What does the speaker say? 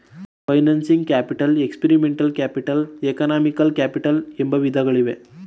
financing capital, experimental capital, economical capital ಎಂಬ ವಿಧಗಳಿವೆ